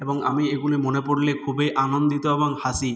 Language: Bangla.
এবং আমি এগুলি মনে পড়লে খুবই আনন্দিত এবং হাসি